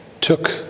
took